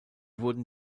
wurden